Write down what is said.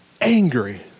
angry